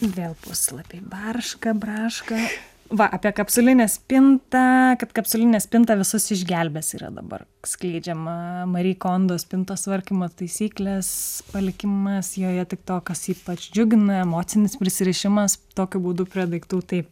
vėl puslapiai barška braška va apie kapsulinę spintą kaip kapsulinė spinta visus išgelbės yra dabar skleidžiama mari kondos spintos tvarkymo taisykles palikimas joje tik to kas ypač džiugina emocinis prisirišimas tokiu būdu prie daiktų taip